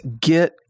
get